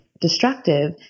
destructive